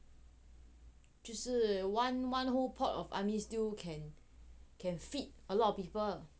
就是 one one whole pot of army stew can can feed a lot of people